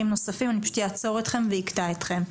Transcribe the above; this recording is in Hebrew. נוספים אני פשוט אעצור אתכם ואקטע אתכם.